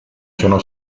sono